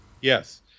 Yes